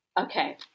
Okay